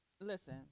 listen